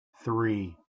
three